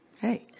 Hey